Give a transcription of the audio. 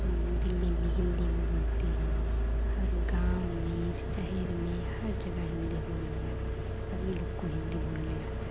हिन्दी में ही हिन्दी में बोलते हैं हर गाँव में शहर में हर जगह हिन्दी बोलनी आती है सभी लोग को हिन्दी बोलनी आती है